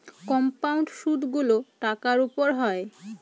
compound সুদগুলো টাকার উপর হয়